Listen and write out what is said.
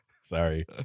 Sorry